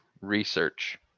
Research